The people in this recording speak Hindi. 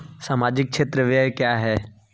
सामाजिक क्षेत्र व्यय क्या है?